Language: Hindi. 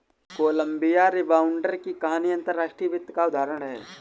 कोलंबिया रिबाउंड की कहानी अंतर्राष्ट्रीय वित्त का उदाहरण है